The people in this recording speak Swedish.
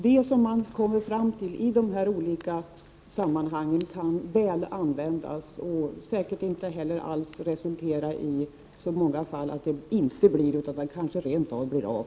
Det som man kommer fram till i dessa olika sammanhang kan väl användas, och det kommer säkert inte i så många fall resultera i att det inte blir av — det kanske rent av blir av.